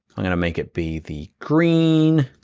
i'm gonna make it be the green.